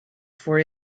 for